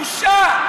בושה.